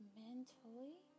mentally